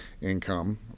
income